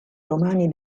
romani